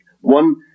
One